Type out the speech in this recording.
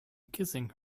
kissing